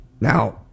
Now